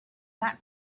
that